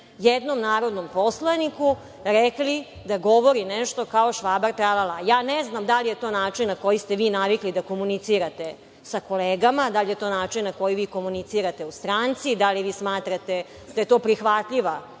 jednom narodnom poslaniku rekli da govori nešto kao „Švaba tra-la-la“.Ja ne znam da li je to način na koji ste vi navikli da komunicirate sa kolegama, da li je to način na koji vi komunicirate u stranci, da li vi smatrate da je to prihvatljiva